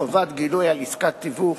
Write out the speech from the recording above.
חובת גילוי על עסקת תיווך),